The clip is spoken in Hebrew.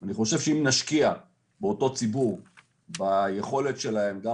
אני חושב שאם נשקיע באותו ציבור ביכולת שלהם גן